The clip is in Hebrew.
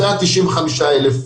זה ה-95,000.